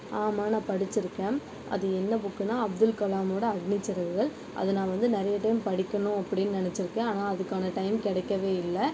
ஆமாம் நான் படிச்சுருக்கேன் அது என்ன புக்குன்னால் அப்துல் கலாமோடய அக்னி சிறகுகள் அது நான் வந்து நிறைய டைம் படிக்கணும் அப்படின்னு நினச்சிருக்கேன் ஆனால் அதுக்கான டைம் கிடைக்கவே இல்லை